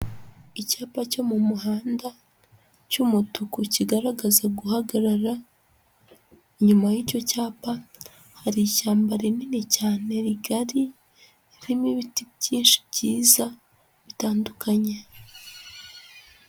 Icyapa cyo mu muhanda cy'umutuku kigaragaza guhagarara, inyuma y'icyo cyapa hari ishyamba rinini cyane rigari ririmo ibiti byinshi byiza bitandukanye.